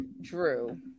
Drew